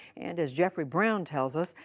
and, as jeffrey brown tells us,